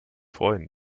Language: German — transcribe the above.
freuen